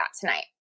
tonight